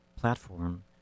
platform